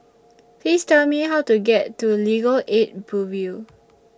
Please Tell Me How to get to Legal Aid Bureau